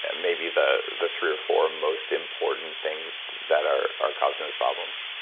and maybe the the three or four most important things that are are causing these problems?